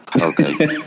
okay